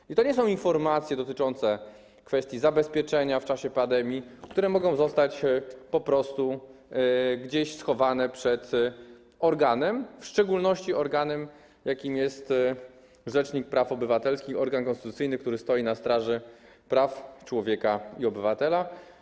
I to nie są informacje dotyczące kwestii zabezpieczenia w czasie pandemii, które mogą zostać po prostu gdzieś schowane przed organem, w szczególności organem, jakim jest rzecznik praw obywatelskich, organ konstytucyjny, który stoi na straży praw człowieka i obywatela.